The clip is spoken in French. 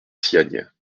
siagne